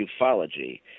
ufology